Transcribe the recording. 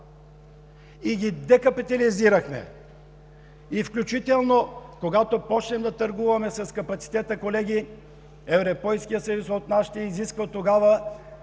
и ги декапитализирахме. Включително, когато започнем да търгуваме с капацитета, колеги, Европейският съюз тогава ще изисква от